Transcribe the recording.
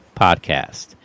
podcast